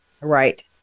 Right